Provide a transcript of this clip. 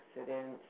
accidents